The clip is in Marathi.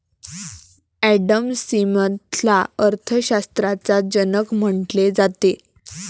ॲडम स्मिथला अर्थ शास्त्राचा जनक म्हटले जाते